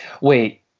Wait